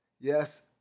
Yes